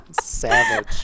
Savage